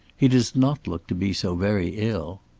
he does not look to be so very ill.